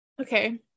Okay